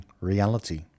reality